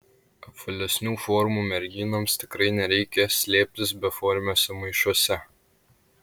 apvalesnių formų merginoms tikrai nereikia slėptis beformiuose maišuose